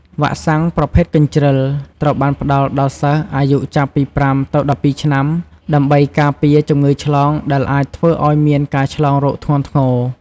វ៉ាក់សាំងប្រភេទកញ្ជិ្រល ត្រូវបានផ្តល់ដល់សិស្សអាយុចាប់ពី៥ទៅ១២ឆ្នាំ ដើម្បីការពារជំងឺឆ្លងដែលអាចធ្វើឲ្យមានឆ្លងរោគធ្ងន់ធ្ងរ។